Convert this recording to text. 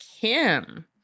Kim